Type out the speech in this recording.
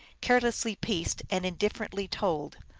carelessly pieced and indifferently told.